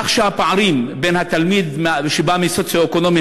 כך שהפער בין התלמיד שבא ממצב סוציו-אקונומי